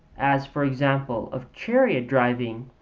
as for example, of chariot-driving,